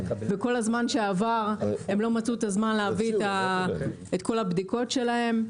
וכל הזמן שעבר הם לא מצאו את הזמן להביא את כל הבדיקות שלהם.